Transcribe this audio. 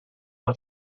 par